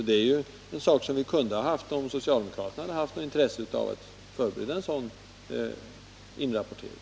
Vi kunde ha haft en sådan utvärdering, om socialdemokraterna hade visat intresse för att förbereda en sådan inrapportering.